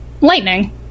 lightning